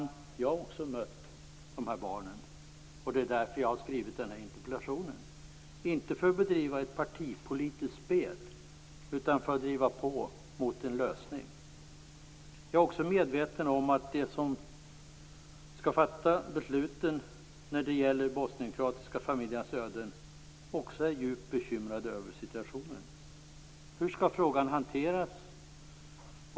Också jag har mött de här barnen, och det är därför som jag har skrivit min interpellation - inte för att bedriva ett partipolitiskt spel utan för att driva på till en lösning. Jag är medveten om att också de som skall fatta besluten om de bosnienkroatiska familjernas öden är djupt bekymrade över situationen. Hur skall frågan hanteras?